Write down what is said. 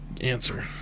Answer